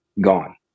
gone